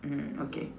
hmm okay